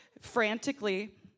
frantically